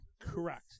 Correct